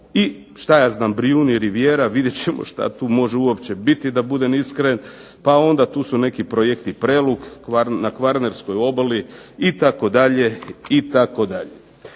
i šta ja znam Brijuni rivijera vidjet ćemo šta tu uopće može biti da budem iskren. Pa onda tu su neki projekti Prelug na kvarnerskoj obali itd. itd.